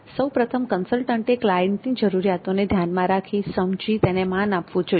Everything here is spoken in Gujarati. સૌપ્રથમ કન્સલ્ટન્ટે ક્લાયન્ટની જરૂરિયાતોને ધ્યાનમાં રાખી સમજી તેને માન આપવું જોઈએ